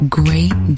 great